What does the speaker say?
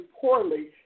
poorly